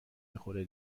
میخوره